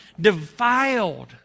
defiled